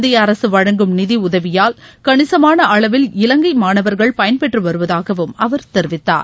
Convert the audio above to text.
இந்திய அரசு வழங்கும் நிதி உதவியால் கணிசமான அளவில் இலங்கை மாணவர்கள் பயன்பெற்று வருவதாகவும் அவர் தெரிவித்தார்